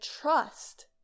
trust